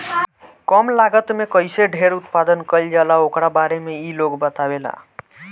कम लागत में कईसे ढेर उत्पादन कईल जाला ओकरा बारे में इ लोग बतावेला